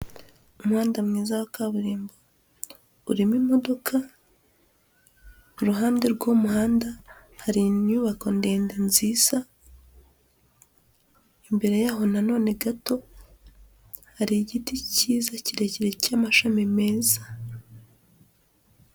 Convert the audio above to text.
Umuhanda mwiza wa kaburimbo urimo imodoka, ku ruhande rw'uwo muhanda hari inyubako ndende nziza, imbere yaho na none gato, hari igiti cyiza kirekire cy'amashami meza.